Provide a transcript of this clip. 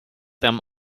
them